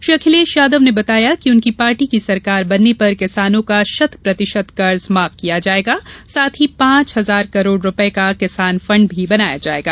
श्री अखिलेश यादव ने बताया कि उनकी पार्टी की सरकार बनने पर किसानों का शतप्रतिशत कर्ज माफ किया जायेगा साथ ही पांच हजार करोड़ रूपये का किसान फण्ड भी बनाया जायेगा